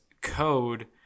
code